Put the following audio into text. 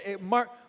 Mark